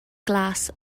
glas